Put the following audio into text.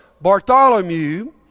Bartholomew